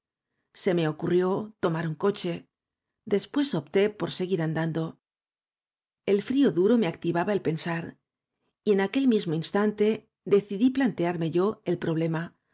se me ocurrió tomar un coche después opté por seguir andando el frío duro me activaba el pensar y en aquel mismo instante decidí plantearme yo el problema